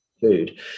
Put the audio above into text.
food